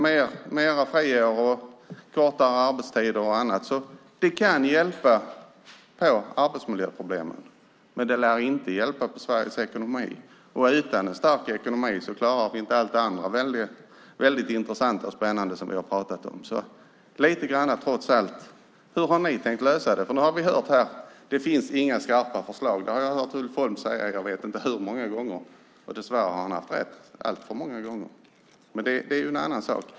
Mer av friår och kortare arbetstider och så vidare kan alltså hjälpa till att råda bot på arbetsmiljöproblemen, men det lär inte hjälpa Sveriges ekonomi. Utan en stark ekonomi klarar vi inte allt det andra intressanta och spännande som vi har pratat om. Hur har ni tänkt lösa detta egentligen? Det finns ju inga skarpa förslag. Det har jag hört Ulf Holm säga jag vet inte hur många gånger. Dess värre har han haft rätt.